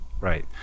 right